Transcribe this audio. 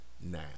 now